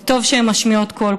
וטוב שהן משמיעות קול.